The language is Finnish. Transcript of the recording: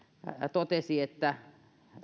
totesi että